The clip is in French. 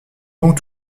donc